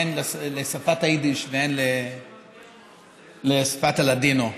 הן לשפת היידיש והן לשפת הלדינו.